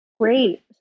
Great